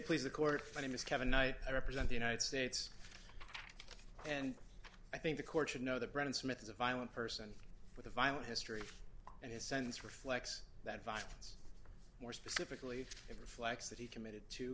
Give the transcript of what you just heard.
please the court famous kevin knight i represent the united states and i think the court should know that brennan smith is a violent person with a violent history and his sentence reflects that violence more specifically it reflects that he committed to